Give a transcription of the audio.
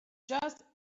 just